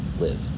live